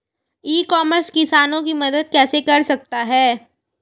ई commerce किसानों की मदद कैसे कर सकता है?